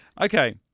Okay